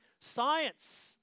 science